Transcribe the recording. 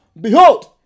behold